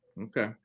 Okay